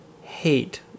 hate